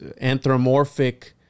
anthropomorphic